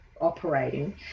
operating